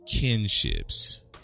kinships